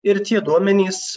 ir tie duomenys